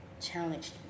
challenged